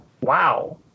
wow